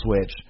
switch